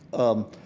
um,